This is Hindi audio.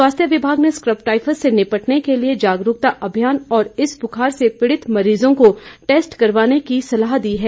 स्वास्थ्य विभाग ने स्कब टाइफस से निपटने के लिए जागरूकता अभियान और इस बुखार से पीड़ित मरीजों को टैस्ट करवाने की सलाह दी है